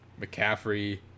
McCaffrey